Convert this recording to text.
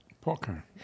Poker